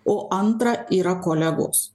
o antra yra kolegos